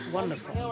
Wonderful